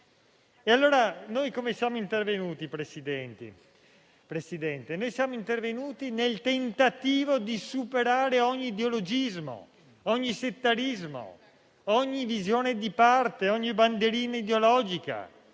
dicendo. Signor Presidente, siamo intervenuti nel tentativo di superare ogni ideologismo, ogni settarismo, ogni visione di parte, ogni bandierina ideologica,